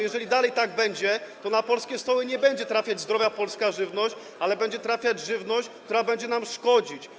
Jeżeli dalej tak będzie, to na polskie stoły nie będzie trafiać zdrowa polska żywność, ale będzie trafiać żywność, która będzie nam szkodzić.